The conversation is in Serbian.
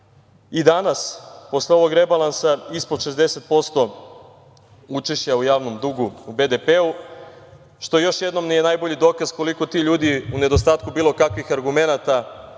i danas posle ovog rebalansa ispod 60% učešća u javnom dugu u BDP-u, što je još jednom najbolji dokaz koliko se ti ljudi u nedostatku bilo kakvih argumenata,